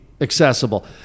accessible